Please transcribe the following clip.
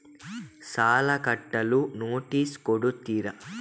ಸಾಲ ಕಟ್ಟಲು ನೋಟಿಸ್ ಕೊಡುತ್ತೀರ?